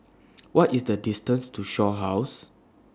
What IS The distance to Shaw House